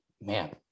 man